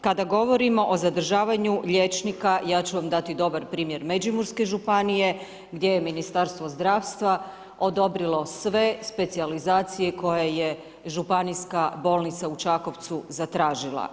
Kada govorimo o zadržavanju liječnika, ja ću vam dati dobar primjer Međimurske županije gdje je Ministarstvo zdravstva odobrilo sve specijalizacije koje je županijska bolnica u Čakvocu zatražila.